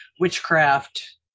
witchcraft